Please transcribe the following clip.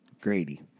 Grady